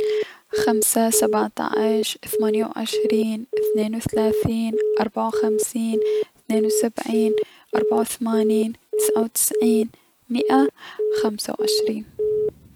حمسة سبعتعش ثمانية و عشرين ثنين و ثلاثين خمسين ثنين و سبعين اربعةو ثمانين تسعة و تسعين مئة خمسة و عشرين.